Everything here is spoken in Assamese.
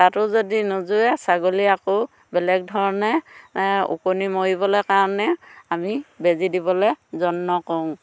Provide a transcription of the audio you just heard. তাতো যদি নোজোৰে ছাগলী আকৌ বেলেগ ধৰণে ওকণি মৰিবলে কাৰণে আমি বেজি দিবলে যত্ন কৰোঁ